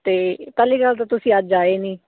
ਅਤੇ ਪਹਿਲੀ ਗੱਲ ਤਾਂ ਤੁਸੀਂ ਅੱਜ ਆਏ ਨਹੀਂ